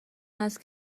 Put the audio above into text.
است